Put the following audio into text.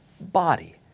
body